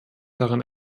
daran